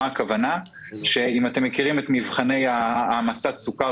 אם אתם מכירים את מבחני המסת סוכר